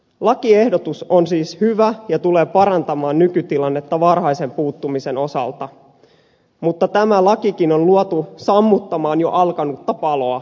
lakiehdotus on siis hyvä ja tulee parantamaan nykytilannetta varhaisen puuttumisen osalta mutta tämä lakikin on luotu sammuttamaan jo alkanutta paloa